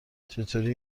چطوری